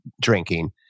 drinking